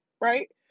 right